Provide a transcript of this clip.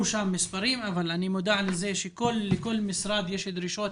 מספרים ואני מודע לכך שלכל משרד יש דרישות